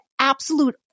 absolute